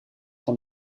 van